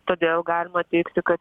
todėl galima teigti kad